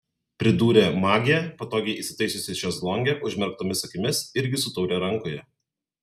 pridūrė magė patogiai įsitaisiusi šezlonge užmerktomis akimis irgi su taure rankoje